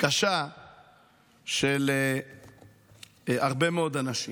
קשה של הרבה מאוד אנשים.